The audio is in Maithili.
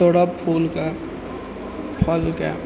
तोड़ब फूलके फलके